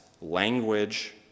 language